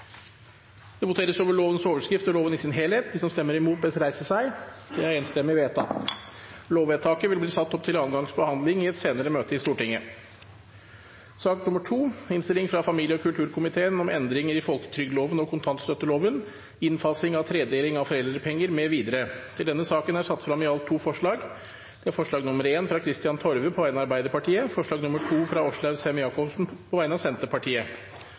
Det voteres over lovens overskrift og loven i sin helhet. Lovvedtaket vil bli satt opp til andre gangs behandling i et senere møte i Stortinget. Det voteres over lovens overskrift og loven i sin helhet. Lovvedtaket vil bli ført opp til andre gangs behandling i et senere møte i Stortinget. Under debatten er det satt frem i alt tre forslag. Det er forslag nr. 1, fra Lene Vågslid på vegne av Arbeiderpartiet forslag nr. 2, fra Jenny Klinge på vegne av Senterpartiet